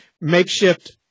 makeshift